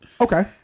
Okay